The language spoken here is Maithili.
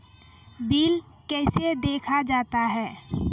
बिल कैसे देखा जाता हैं?